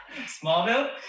Smallville